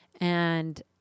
And-